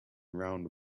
round